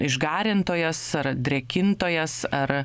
išgarintojas ar drėkintojas ar